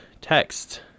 text